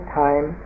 time